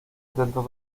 intentos